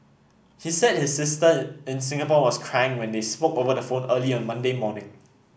he said his sister in Singapore was crying when they spoke over the phone early Monday morning